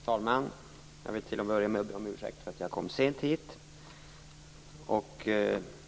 Herr talman! Jag vill till att börja med be om ursäkt för att jag kom sent hit.